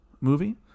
movie